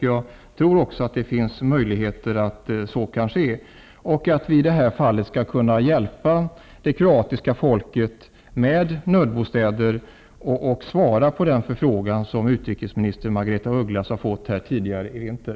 Jag tror att möjligheter finns att i det här fallet hjälpa det kroatiska folket med nödbostäder och svara på den förfrågan som utrikesminister Margaretha af Ugglas har fått tidigare i vinter.